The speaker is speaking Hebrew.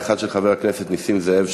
האחת של חבר הכנסת נסים זאב,